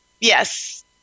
Yes